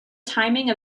timing